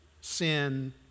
sin